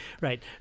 Right